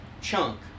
chunk